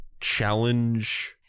challenge